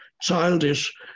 childish